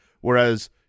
whereas